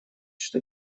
что